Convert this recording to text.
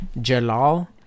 Jalal